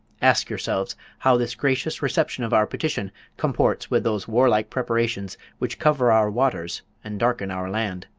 ask yourselves, how this gracious reception of our petition comports with those warlike preparations which cover our waters and darken our land.